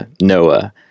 Noah